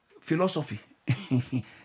philosophy